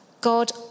God